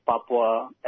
Papua